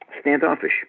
standoffish